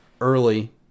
early